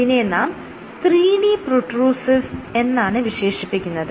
ഇതിനെ നാം 3D protrusive എന്നാണ് വിശേഷിപ്പിക്കുന്നത്